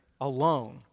alone